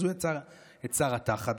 אז הוא יצר את שר התח"ת,